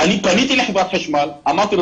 פניתי לחברת חשמל וביקשתי: